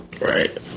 Right